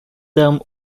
termes